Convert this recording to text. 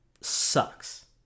sucks